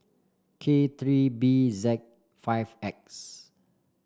K three B Z five X